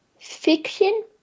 fiction